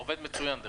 עובד מצוין.